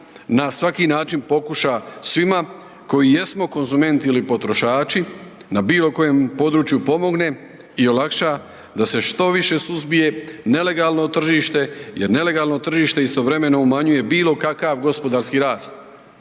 na svaki način pokuša svima koji jesmo konzumenti ili potrošači na bilo koje području pomogne i olakša da se što više suzbije nelegalno tržište jer nelegalno tržište istovremeno umanjuje bilo kakav gospodarski rast